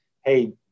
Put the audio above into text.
hey